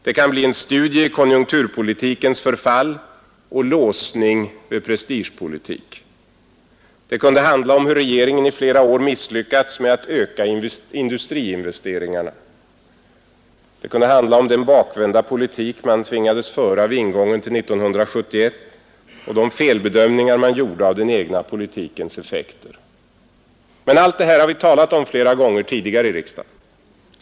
Det kan bli en studie i konjunkturpolitikens förfall och låsning vid prestigepolitik. Det kunde handla om hur regeringen i flera år misslyckats med att öka industriinvesteringarna. Det kunde handla om den bakvända politik man tvingades föra vid ingången till 1971 och de felbedömningar man gjorde av den egna politikens effekter. Men allt detta har vi talat om flera gånger tidigare i riksdagen.